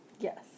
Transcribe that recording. Yes